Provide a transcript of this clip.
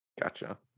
gotcha